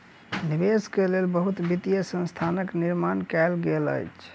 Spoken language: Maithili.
निवेश के लेल बहुत वित्तीय संस्थानक निर्माण कयल गेल अछि